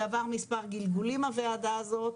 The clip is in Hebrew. זה עבר מספר גלגולים הוועדה הזאת,